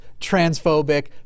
transphobic